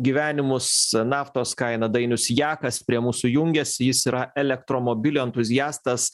gyvenimus naftos kaina dainius jakas prie mūsų jungiasi jis yra elektromobilių entuziastas